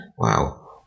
Wow